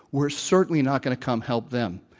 we're certainly not going to come help them.